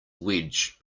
wedge